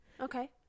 okay